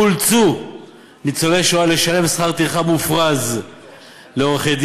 אולצו ניצולי השואה לשלם שכר טרחה מופרז לעורכי-דין,